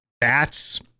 bats